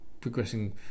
progressing